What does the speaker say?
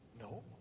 No